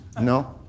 No